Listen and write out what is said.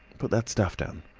put that stuff down.